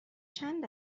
چند